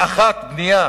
האחת, בנייה